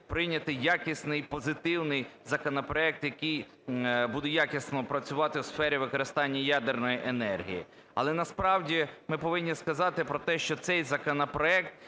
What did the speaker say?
прийняти якісний позитивний законопроект, який буде якісно працювати у сфері використання ядерної енергії. Але насправді ми повинні сказати про те, що цей законопроект